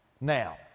now